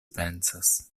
pensas